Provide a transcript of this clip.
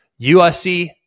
USC